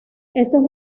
estos